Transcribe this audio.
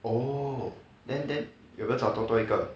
oh then then 有没有找多多一个